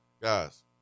Guys